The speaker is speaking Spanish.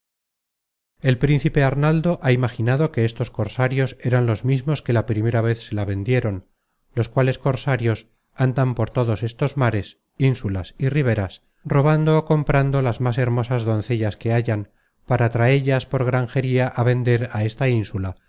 el príncipe arnaldo ha imaginado que estos cosarios eran los mismos que la primera vez se la vendieron los cuales cosarios andan por todos estos mares insulas y riberas robando ó comprando las más hermosas doncellas que hallan para traellas por granjería á vender á esta ínsula